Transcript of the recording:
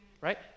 Right